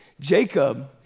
Jacob